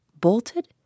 Bolted